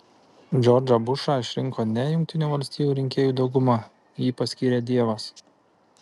džordžą bušą išrinko ne jungtinių valstijų rinkėjų dauguma jį paskyrė dievas